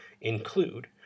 include